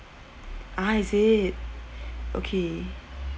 ah is it okay